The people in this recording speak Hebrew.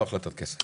לא החלטת כסף.